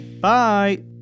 Bye